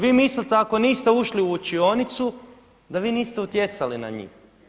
Vi mislite ako niste ušli u učionicu da vi niste utjecali na njih.